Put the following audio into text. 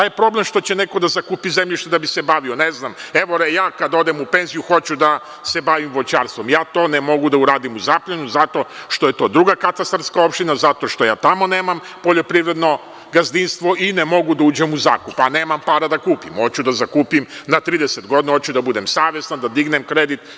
Šta je problem što će neko da zakupi zemljište da bi se bavio ne znam, evo ja kad odem u penziju hoću da se bavim voćarstvom i ja to ne mogu da uradim u Zaplanju zato što je to druga katastarska opština, zato što ja nemam poljoprivredno gazdinstvo i ne mogu da uđem u zakup, a nemam para da kupim, oću da zakupim na 30 godina, hoću da budem savestan, da dignem kredit.